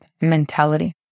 mentality